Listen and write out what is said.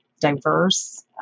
diverse